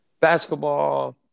basketball